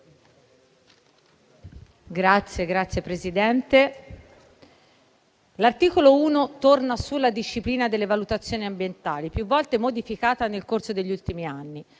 Signora Presidente, l'articolo 1 torna sulla disciplina delle valutazioni ambientali, più volte modificata nel corso degli ultimi anni.